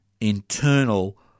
internal